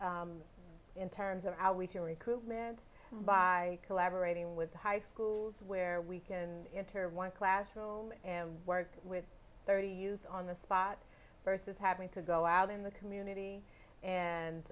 costs in terms of how we can recruitment by collaborating with high schools where we can enter one classroom and work with thirty use on the spot versus having to go out in the community and